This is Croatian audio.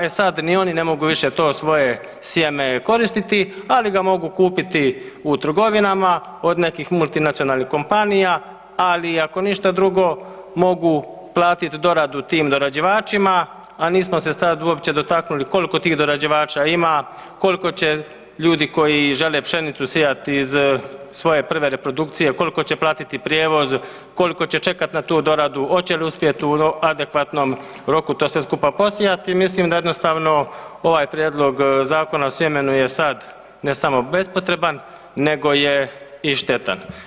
E sad ni oni ne mogu više to svoje sjeme koristiti, ali ga mogu kupiti u trgovinama od nekih multinacionalnih kompanija, ali ako ništa drugo mogu platit doradu tim dorađivačima, a nismo se sad uopće dotaknuli koliko tih dorađivača ima, koliko će ljudi koji žele pšenicu sijat iz svoje prve reprodukcije koliko će platiti prijevoz, koliko će čekat na tu doradu, oće li uspjet u adekvatnom roku to sve skupa posijati, mislim da jednostavno ovaj prijedlog Zakona o sjemenu je sad ne samo bespotreban nego je i štetan.